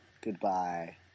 Goodbye